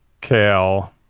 kale